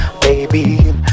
baby